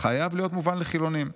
חייב להיות מובן לחילונים.